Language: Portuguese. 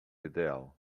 ideal